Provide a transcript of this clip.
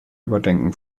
überdenken